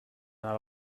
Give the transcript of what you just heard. not